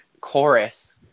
chorus